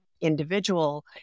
individual